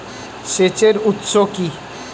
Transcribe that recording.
সেচের উৎস কি?